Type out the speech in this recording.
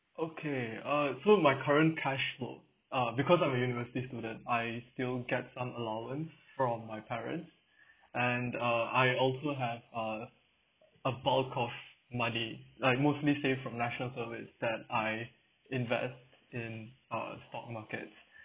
okay uh so my current cashflow uh because I'm a university student I still get some allowance from my parent and uh I also have uh a bulk of money like mostly save from national service that I invest in uh stock markets